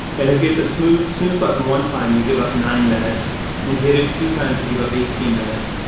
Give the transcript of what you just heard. and if you hit the snooze snooze button one time, you give up nine minutes and if you hit it two times, you give up eighteen minutes,